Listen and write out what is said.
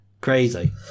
Crazy